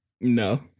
No